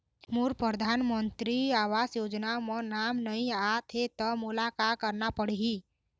मोर परधानमंतरी आवास योजना म नाम नई आत हे त मोला का करना पड़ही?